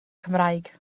cymraeg